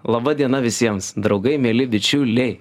laba diena visiems draugai mieli bičiuliai